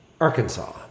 Arkansas